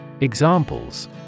Examples